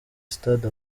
stade